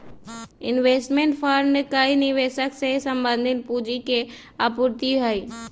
investment fund कई निवेशक से संबंधित पूंजी के आपूर्ति हई